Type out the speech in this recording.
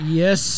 yes